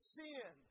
sin